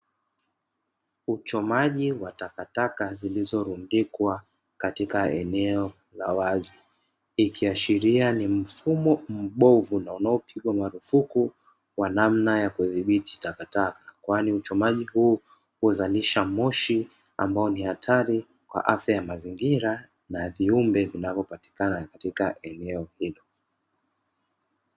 Uchomaji wa takataka zilizorundikwa katika eneo la wazi ikiashiria ni mfumo mbovu na unaopigwa marufuku wa namna ya kudhibiti takataka, kwani uchomaji huo huzalisha moshi ambao ni hatari kwa afya ya mazingira na viumbe vinavyopatikana katika eneo hilo.